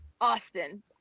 Austin